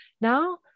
now